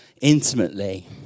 intimately